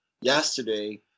yesterday